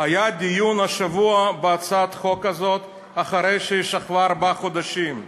היה דיון השבוע בהצעת החוק הזאת אחרי שהיא שכבה ארבעה חודשים.